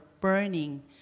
burning